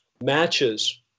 matches